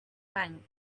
bank